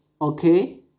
Okay